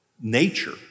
nature